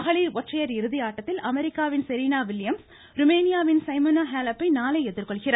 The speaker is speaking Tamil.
மகளிர் ஒற்றையர் இறுதி ஆட்டத்தில் அமெரிக்காவின் செரீனா வில்லியம்ஸ் ருமேனியாவின் சிமனோ ஹாலப்பை நாளை எதிர்கொள்கிறார்